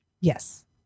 yes